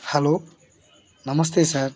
hello నమస్తే sir